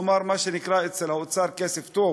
כלומר, מה שנקרא אצל האוצר "כסף טוב",